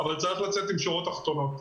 אבל צריך לצאת עם שורות תחתונות.